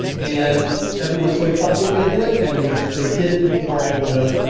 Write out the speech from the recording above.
and everyone sort of thought they were going to do it. and they they did it before, i will note,